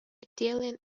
italian